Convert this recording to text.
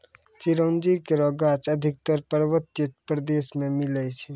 चिरौंजी केरो गाछ अधिकतर पर्वतीय प्रदेश म मिलै छै